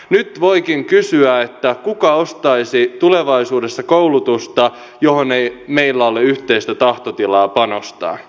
nyt voikin kysyä kuka ostaisi tulevaisuudessa koulutusta johon ei meillä ole yhteistä tahtotilaa panostaa